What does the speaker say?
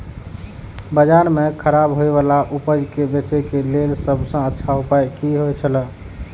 बाजार में खराब होय वाला उपज के बेचे के लेल सब सॉ अच्छा उपाय की होयत छला?